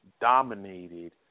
dominated